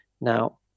Now